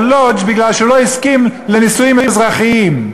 לודז' משום שהוא לא הסכים לנישואים אזרחיים,